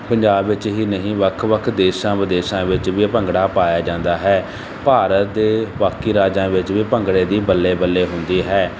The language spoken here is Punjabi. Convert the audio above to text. ਪੰਜਾਬ ਵਿੱਚ ਹੀ ਨਹੀਂ ਵੱਖ ਵੱਖ ਦੇਸ਼ਾਂ ਵਿਦੇਸ਼ਾਂ ਵਿੱਚ ਵੀ ਭੰਗੜਾ ਪਾਇਆ ਜਾਂਦਾ ਹੈ ਭਾਰਤ ਦੇ ਬਾਕੀ ਰਾਜਾਂ ਵਿੱਚ ਵੀ ਭੰਗੜੇ ਦੀ ਬੱਲੇ ਬੱਲੇ ਹੁੰਦੀ ਹੈ